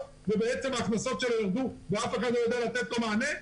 ובעצם ההכנסות שלו ירדו ואף אחד לא יודע לתת לו מענה.